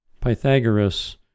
Pythagoras